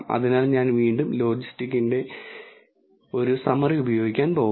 അതിനാൽ ഞാൻ വീണ്ടും ലോജിസ്റ്റിക്സിന്റെ ഒരു സമ്മറി ഉപയോഗിക്കാൻ പോകുന്നു